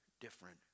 different